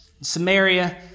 Samaria